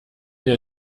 dir